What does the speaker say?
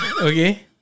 Okay